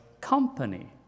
company